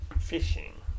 fishing